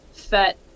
FET